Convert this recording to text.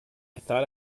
thought